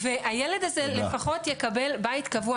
והילד הזה לפחות יקבל בית קבוע.